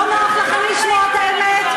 לא נוח לכם לשמוע את האמת?